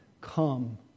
come